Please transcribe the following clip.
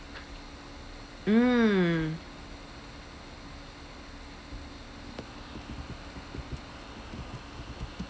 mm